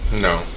No